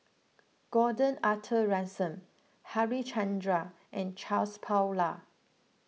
Gordon Arthur Ransome Harichandra and Charles Paglar